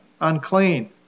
unclean